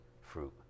fruit